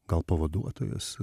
gal pavaduotojas